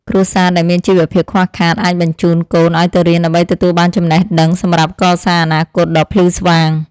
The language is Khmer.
គ្រួសារដែលមានជីវភាពខ្វះខាតអាចបញ្ជូនកូនឱ្យទៅរៀនដើម្បីទទួលបានចំណេះដឹងសម្រាប់កសាងអនាគតដ៏ភ្លឺស្វាង។